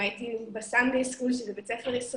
הייתי בבתי הספר של יום ראשון שבלונדון זה בית ספר ישראלי,